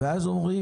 ואז אומרים,